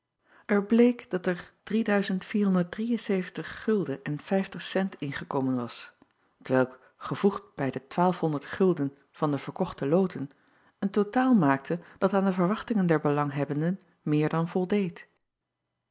r bleek dat er ingekomen was t welk gevoegd bij de van de verkochte loten een totaal maakte dat aan de verwachtingen der belanghebbenden meer dan voldeed